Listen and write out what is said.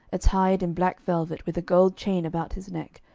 attired in black velvet with a gold chain about his neck,